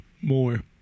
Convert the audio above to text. more